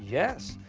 yes.